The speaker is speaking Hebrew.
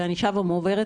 ואני שבה ואומרת,